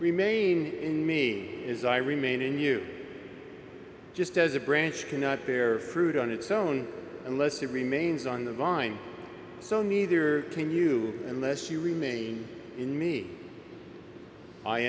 remain in me as i remain in you just as a branch cannot bear fruit on its own unless it remains on the vine so neither can you unless you remain in me i